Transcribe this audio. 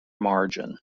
margin